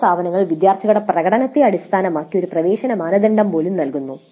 ചില സ്ഥാപനങ്ങൾ വിദ്യാർത്ഥികളുടെ പ്രകടനത്തെ അടിസ്ഥാനമാക്കി ഒരു പ്രവേശന മാനദണ്ഡം പോലും നൽകുന്നു